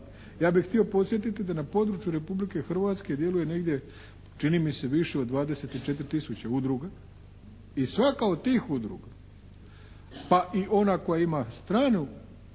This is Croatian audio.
Ja bih htio podsjetiti da na području Republike Hrvatske djeluje negdje čini mi se više od 24 tisuće udruga i svaka od tih udruga pa i ona koja ima strano